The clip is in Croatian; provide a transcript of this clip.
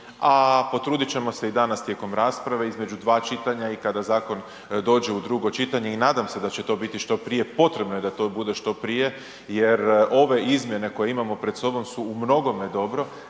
a potrudit ćemo se i danas tijekom rasprave između dva čitanja i kada zakon dođe u drugo čitanje i nadam se da će to biti što prije, potrebno je da to bude što prije, jer ove izmjene koje imamo pred sobom su u mnogome dobro.